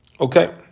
Okay